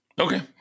Okay